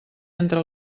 entre